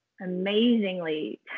amazingly